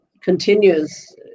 continues